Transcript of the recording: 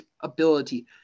ability